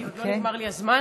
כי עוד לא נגמר לי הזמן.